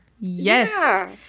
Yes